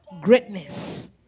greatness